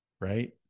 right